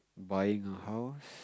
buying a house